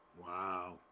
Wow